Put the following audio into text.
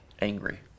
angry